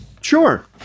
Sure